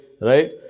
right